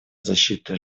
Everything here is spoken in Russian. защиты